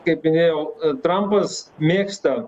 kaip minėjau trampas mėgsta